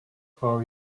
how